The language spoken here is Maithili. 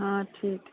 हँ ठीक छै